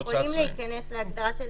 שנייה.